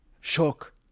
shock